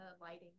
lighting